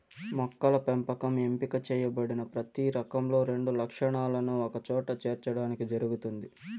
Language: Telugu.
మొక్కల పెంపకం ఎంపిక చేయబడిన ప్రతి రకంలో రెండు లక్షణాలను ఒకచోట చేర్చడానికి జరుగుతుంది